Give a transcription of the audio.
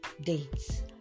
dates